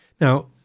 Now